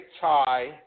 tie